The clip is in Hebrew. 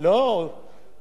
אם היו עושים מה-5,000,